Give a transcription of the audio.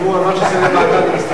אם הוא אמר שזה, אני מסתפק.